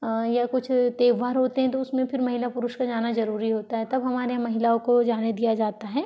या कुछ त्यौहार होते हैं तो उसमें फिर महिला पुरुष का जाना जरुरी होता है तब हमारे यहाँ महिलाओं को जाने दिया जाता है